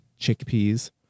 chickpeas